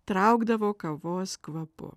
traukdavo kavos kvapu